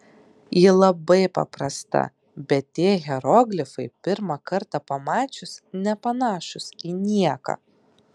ji labai paprasta bet tie hieroglifai pirmą kartą pamačius nepanašūs į nieką